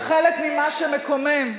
וחלק ממה שמקומם,